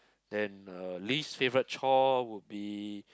then uh least favourite chore would be